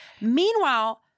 Meanwhile